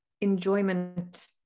enjoyment